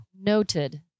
Noted